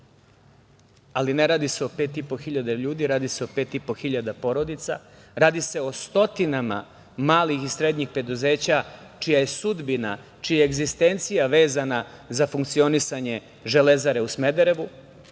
ali ne radi seo pet i po hiljada ljudi, radi se o pet i po hiljada porodica, radi se o stotinama malih i srednjih preduzeća čija je sudbina, čija je egzistencija vezana za funkcionisanje Železare u Smederevu. Da